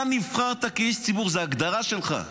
אתה נבחרת כאיש ציבור, זו ההגדרה שלך.